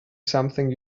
something